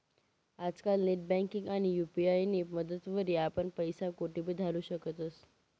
आजकाल नेटबँकिंग आणि यु.पी.आय नी मदतवरी आपण पैसा कोठेबी धाडू शकतस